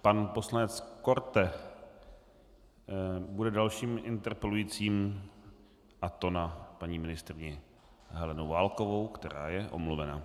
Pan poslanec Korte bude dalším interpelujícím, a to na paní ministryni Helenu Válkovou, která je omluvena.